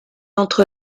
entre